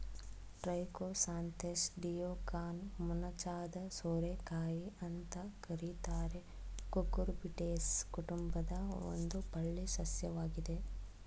Trichosanthes ಡಿಯೋಕಾನ ಮೊನಚಾದ ಸೋರೆಕಾಯಿ ಅಂತ ಕರೀತಾರೆ ಕುಕುರ್ಬಿಟೇಸಿ ಕುಟುಂಬದ ಒಂದು ಬಳ್ಳಿ ಸಸ್ಯವಾಗಿದೆ